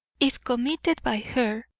if committed by her,